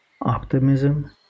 optimism